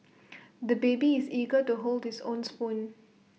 the baby is eager to hold his own spoon